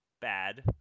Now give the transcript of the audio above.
bad